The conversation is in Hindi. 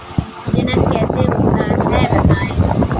जनन कैसे होता है बताएँ?